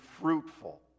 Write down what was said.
fruitful